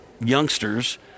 youngsters